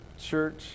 church